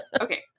Okay